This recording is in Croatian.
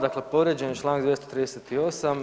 Dakle, povrijeđen je članak 238.